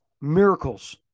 miracles